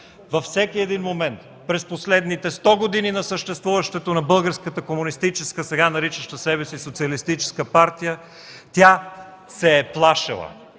Във всеки един момент през последните 100 години на съществуването на Българската комунистическа, сега наричаща себе си Социалистическа партия, тя се е плашила.